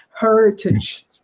heritage